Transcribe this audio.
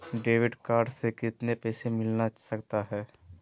Debit card से कितने पैसे मिलना सकता हैं?